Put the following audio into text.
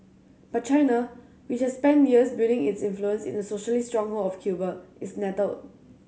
but China which has spent years building its influence in the socialist stronghold of Cuba is nettled